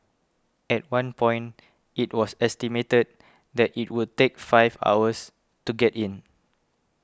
at one point it was estimated that it would take five hours to get in